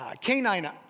canine